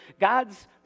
God's